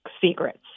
secrets